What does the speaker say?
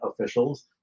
officials